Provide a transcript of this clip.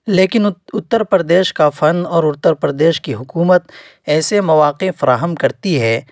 لیکن اتر پردیش کا فن اور اتر پردیش کی حکومت ایسے مواقع فراہم کرتی ہے